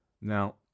Now